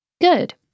Good